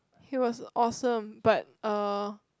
he was awesome but uh